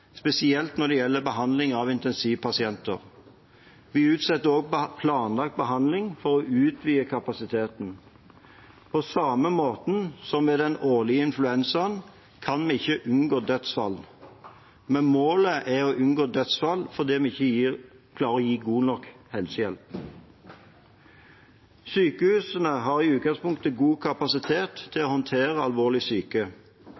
spesielt når det gjelder behandling av intensivpasienter. Vi utsetter også planlagt behandling for å utvide kapasiteten. På samme måte som med den årlige influensaen kan vi ikke unngå dødsfall, men målet er å unngå dødsfall fordi vi ikke klarer å gi god nok helsehjelp. Sykehusene har i utgangspunktet god kapasitet til å håndtere alvorlig syke.